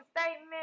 statement